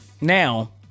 now